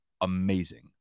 amazing